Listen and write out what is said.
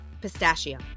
Pistachio